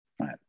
right